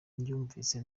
mbyumvise